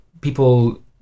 people